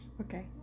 Okay